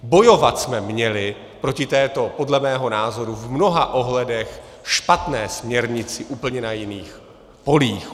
Bojovat jsme měli proti této podle mého názoru v mnoha ohledech špatné směrnici úplně na jiných polích.